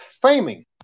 framing